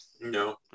No